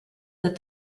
that